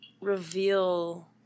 reveal